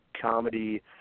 comedy